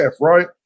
right